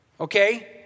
Okay